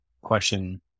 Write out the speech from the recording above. question